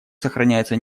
сохраняется